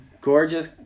gorgeous